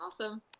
awesome